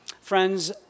Friends